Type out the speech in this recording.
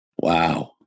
wow